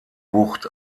bucht